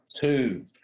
two